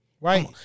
Right